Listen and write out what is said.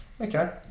Okay